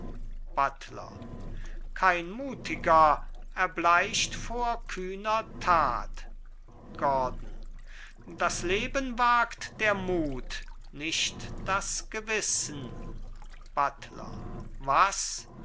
buttler kein mutiger erbleicht vor kühner tat gordon das leben wagt der mut nicht das gewissen buttler was